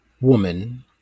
woman